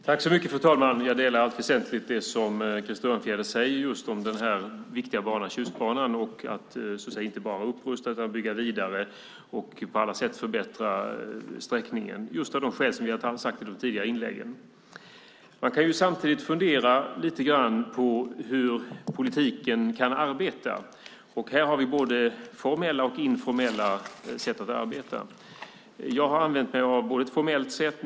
Fru talman! Jag delar i allt väsentligt det som Krister Örnfjäder säger om den här viktiga banan, Tjustbanan. Man ska inte bara upprusta utan bygga vidare och på alla sätt förbättra sträckningen, just av de skäl som vi har nämnt i de tidigare inläggen. Man kan samtidigt fundera lite grann på hur politiken kan arbeta. Och här har vi både formella och informella sätt att arbeta. Jag har använt mig av ett formellt sätt.